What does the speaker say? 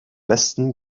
besten